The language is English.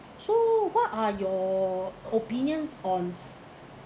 so what are your opinions on